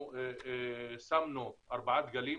שמנו ארבעה דגלים,